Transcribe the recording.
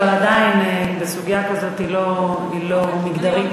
אבל עדיין הסוגיה הזאת לא מגדרית.